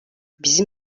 bizim